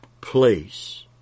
place